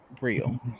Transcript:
real